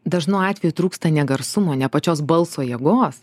dažnu atveju trūksta ne garsumo ne pačios balso jėgos